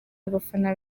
abafana